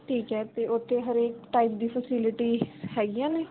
ਠੀਕ ਹੈ ਅਤੇ ਉੱਥੇ ਹਰੇਕ ਟਾਈਪ ਦੀ ਫੈਸਿਲਟੀ ਹੈਗੀਆਂ ਨੇ